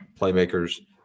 playmakers